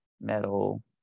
metal